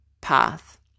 path